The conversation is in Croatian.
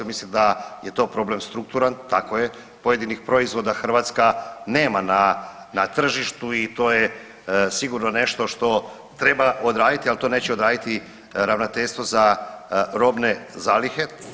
Ja mislim da je to problem strukturan, tako je, pojedinih proizvoda Hrvatska nema na, na tržištu i to je sigurno nešto što treba odraditi, al to neće odraditi ravnateljstvo za robne zalihe.